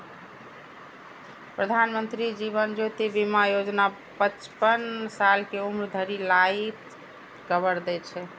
प्रधानमंत्री जीवन ज्योति बीमा योजना पचपन साल के उम्र धरि लाइफ कवर दै छै